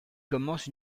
commence